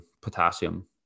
potassium